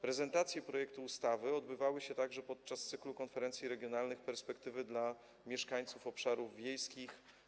Prezentacje projektu ustawy odbywały się także podczas cyklu konferencji regionalnych „Perspektywy dla mieszkańców obszarów wiejskich”